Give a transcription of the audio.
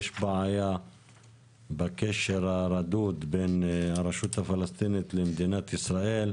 יש בעיה בקשר הרדוד בין הרשות הפלסטינית לבין מדינת ישראל.